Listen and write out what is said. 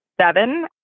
seven